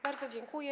Bardzo dziękuję.